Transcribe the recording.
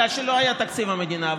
בגלל שלא היה תקציב מדינה,